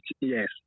Yes